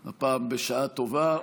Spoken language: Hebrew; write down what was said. הפעם, בשעה טובה,